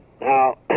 Now